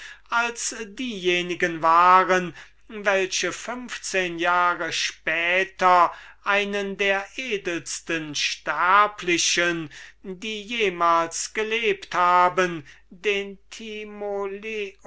als diejenigen waren welche fünfzehn jahre später einen der edelsten sterblichen die jemals gelebt haben den